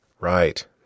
right